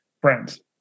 friends